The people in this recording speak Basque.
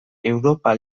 europa